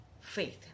faith